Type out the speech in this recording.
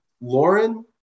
Lauren